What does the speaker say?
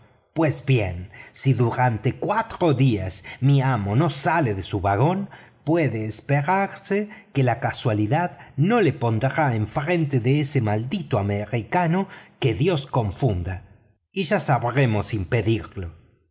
pues bien si durante cuatro días mi amo no sale de su vagón puede esperarse que la casualidad no lo pondrá enfrente de ese maldito americano que dios confunda y ya sabremos impedirlo